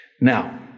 Now